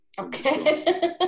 Okay